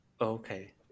Okay